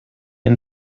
and